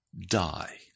die